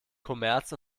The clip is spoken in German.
kommerz